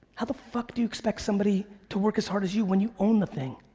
how the fuck do you expect somebody to work as hard as you when you own the thing?